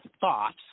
thoughts